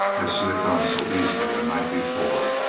as she had done so easily the night before.